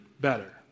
better